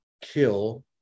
kill